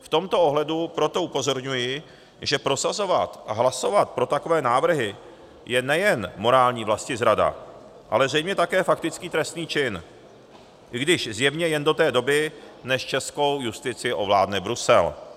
V tomto ohledu proto upozorňuji, že prosazovat a hlasovat pro takové návrhy je nejen morální vlastizrada, ale zřejmě také faktický trestný čin, i když zjevně jen do té doby, než českou justici ovládne Brusel.